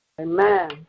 Amen